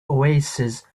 oasis